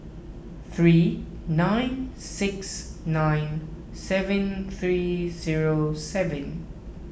three nine six nine seven three zero seven